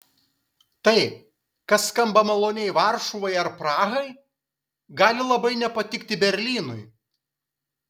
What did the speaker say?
tai kas skamba maloniai varšuvai ar prahai gali labai nepatikti berlynui